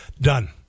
Done